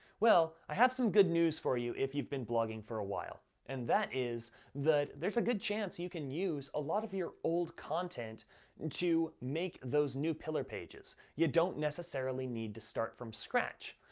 well, i have some good news for you if you've been blogging for awhile, and that is that there's a good chance you can use a lot of your old content to make those new pillar pages. you don't necessarily need to start from scratch.